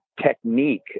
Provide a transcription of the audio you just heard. technique